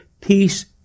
peace